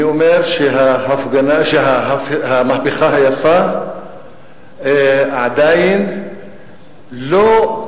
אני אומר שהמהפכה היפה עדיין לא,